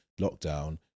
lockdown